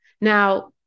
Now